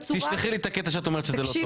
תשלחי לי את הקטע שאת אומרת שזה לא טוב,